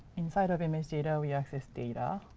inside of image data we access data.